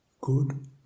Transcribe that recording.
good